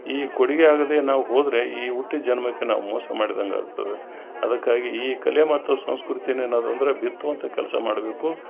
ಈ ಕೊಡುಗೆ ಆಗದೇ ನಾವು ಹೋದರೆ ಈ ಹುಟ್ಟು ಜನ್ಮಕ್ಕೆ ನಾವು ಮೋಸ ಮಾಡ್ದಂಗೆ ಆಗ್ತದೆ ಅದಕ್ಕಾಗಿ ಈ ಕಲೆ ಮತ್ತು ಸಂಸ್ಕೃತಿ ಇನ್ನೇನಾದರು ಅಂದರೆ ಬಿತ್ತುವಂಥ ಕೆಲಸ ಮಾಡಬೇಕು